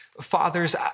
fathers